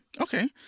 Okay